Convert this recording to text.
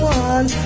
one